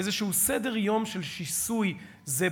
איזשהו סדר-יום של שיסוי זה בזה,